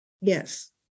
Yes